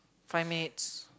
five minutes